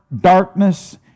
darkness